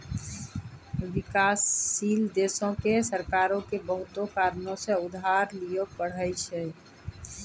विकासशील देशो के सरकारो के बहुते कारणो से उधार लिये पढ़ै छै